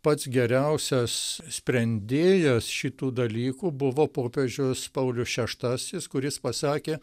pats geriausias sprendėjas šitų dalykų buvo popiežius paulius šeštasis kuris pasakė